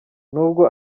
n’ubwo